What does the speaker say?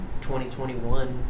2021